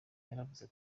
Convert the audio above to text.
yaravuze